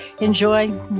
enjoy